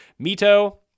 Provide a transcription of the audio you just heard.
Mito